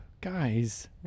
Guys